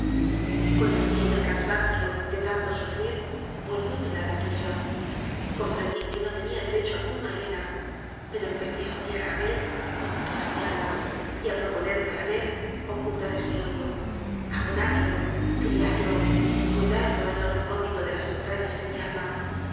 con el día y el cansancio de tanto sufrir volvióme la reflexión comprendí que no tenía derecho alguno a helena pero empecé a odiar a abel con toda mi alma y a proponerme a la vez ocultar ese odio abonarlo ocriarlo cuidarlo en lo recóndito de las enotrañas de mi alma